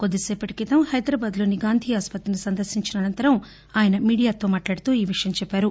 కొద్దిసేపటి క్రితం హైదరాబాద్లోని గాంధీ ఆస్పత్రిని సందర్భించిన అసంతరం ఆయన మీడియాతో మాట్లాడుతూ ఈవిషయం చెప్పారు